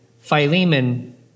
Philemon